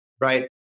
right